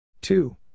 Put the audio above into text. Two